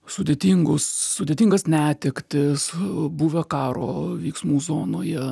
sudėtingus sudėtingas netektis buvę karo veiksmų zonoje